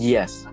Yes